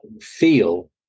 feel